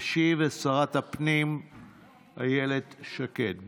תשיב שרת הפנים אילת שקד.